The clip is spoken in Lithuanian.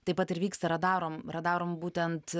taip pat ir vyksta radarom radarom būtent